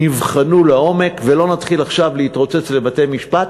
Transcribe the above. שנבחנו לעומק, ולא נתחיל עכשיו להתרוצץ בבתי-משפט.